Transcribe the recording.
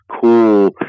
cool